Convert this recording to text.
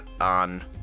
on